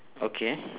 okay